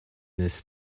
this